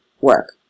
work